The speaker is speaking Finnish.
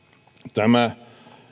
tämä